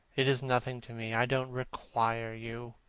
it is nothing to me. i don't require you,